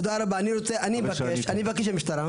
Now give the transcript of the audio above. הנתונים לא נכונים.